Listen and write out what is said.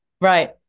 Right